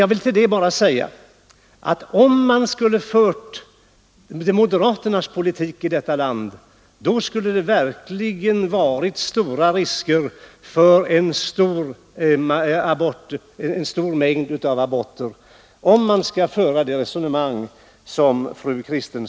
Jag vill med anledning härav bara påpeka att det, om moderaternas politik hade blivit genomförd i vårt land, verkligen skulle — med det resonemang som fru Kristensson för — finnas betydande risk för en kraftigt ökad mängd av aborter.